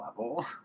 level